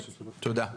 תודה.